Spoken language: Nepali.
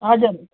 हजुर